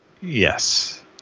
Yes